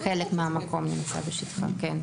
חלק מהמקום נמצא בשטחה, כן.